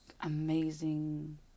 amazing